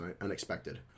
unexpected